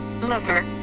Lover